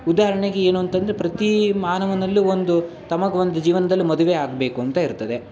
ಉದಾಹರ್ಣೆಗೆ ಏನು ಅಂತಂದರೆ ಪ್ರತಿ ಮಾನವನಲ್ಲೂ ಒಂದು ತಮಗೆ ಒಂದು ಜೀವನ್ದಲ್ಲಿ ಮದುವೆ ಆಗಬೇಕು ಅಂತ ಇರ್ತದೆ